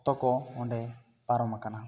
ᱛᱚᱠᱚ ᱚᱸᱰᱮ ᱯᱟᱨᱚᱢ ᱟᱠᱟᱱᱟ